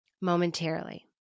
momentarily